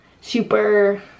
super